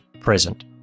present